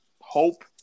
hope